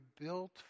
built